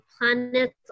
planets